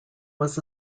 was